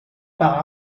par